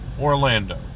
Orlando